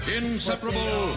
inseparable